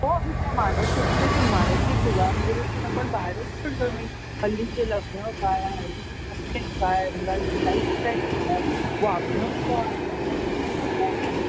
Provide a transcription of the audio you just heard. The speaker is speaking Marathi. हो आणि त्या मानसिकतेतून मानसिक गुलामगिरीतून आपण बाहेरच पडलो नाही हल्लीचे लग्न काय हल्लीचे कपडे काय मुलांची लाईफस्टाईल काय वागणं काय कसं